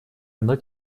одно